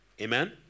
Amen